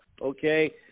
Okay